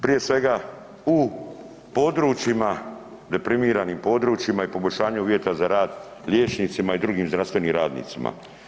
Prije svega u područjima deprimiranim područjima i poboljšanju uvjeta za rad liječnicima i drugim zdravstvenim radnicima.